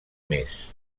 més